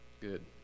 Good